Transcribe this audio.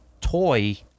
toy